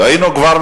כבר היינו מתקדמים.